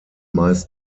meist